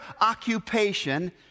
occupation